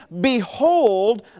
Behold